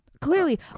Clearly